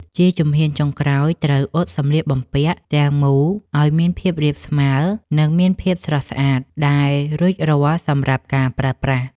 ជាជំហានចុងក្រោយ ត្រូវអ៊ុតសម្លៀកបំពាក់ទាំងមូលឱ្យមានភាពរាបស្មើ និងមានភាពស្រស់ស្អាត ដែលរួចរាល់សម្រាប់ការប្រើប្រាស់។